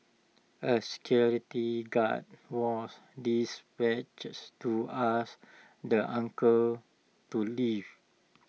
A security guard was dispatches to ask the uncle to leave